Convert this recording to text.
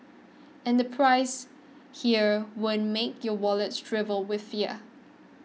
and the prices here won't make your wallet shrivel with fear